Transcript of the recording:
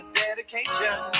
dedication